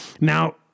Now